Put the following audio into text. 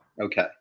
Okay